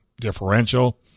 differential